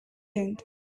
tent